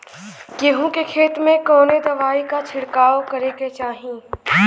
गेहूँ के खेत मे कवने दवाई क छिड़काव करे के चाही?